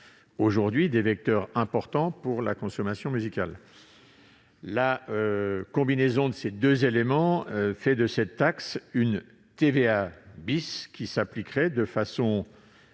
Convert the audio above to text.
aujourd'hui des vecteurs importants de consommation musicale. La combinaison de ces deux éléments fait de cette taxe une TVA qui s'appliquerait de façon